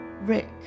Rick